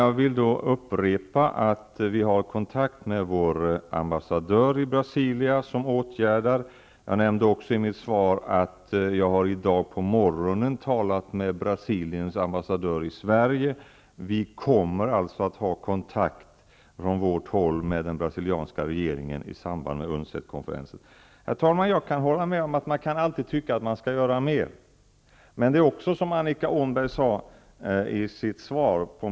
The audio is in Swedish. Jag vill upprepa att vi har kontakt med vår ambassadör i Brasilia. Jag nämnde också i mitt svar att jag i dag på morgonen har talat med Brasiliens ambassadör i Sverige. Vi kommer alltså att ha kontakt med den brasilianska regeringen i samband med UNCED-konferensen. Herr talman! Jag kan hålla med om att vi alltid kan tycka att vi skall göra mer.